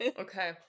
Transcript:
Okay